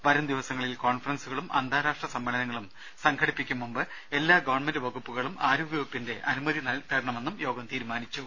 വരുംദിവസങ്ങളിൽ കോൺഫറൻസുകളും അന്താരാഷ്ട്ര സമ്മേളനങ്ങളും സംഘടിപ്പിക്കും മുമ്പ് എല്ലാ ഗവൺമെന്റ് വകുപ്പുകളും ആരോഗ്യ വകുപ്പിന്റെ അനുമതി തേടണമെന്ന് യോഗം തീരുമാനിച്ചു